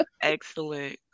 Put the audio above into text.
excellent